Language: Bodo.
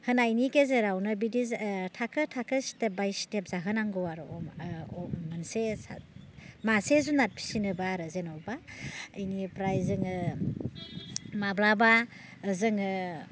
होनायनि गेजेरावनो बिदि थाखो थाखो स्टेप बाइ स्टेप जाहोनांगौ आरो अमा अ मोनसे मासे जुनाद फिसिनोबा आरो जेनेबा बिनिफ्राय जोङो माब्लाबा जोङो